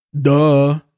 Duh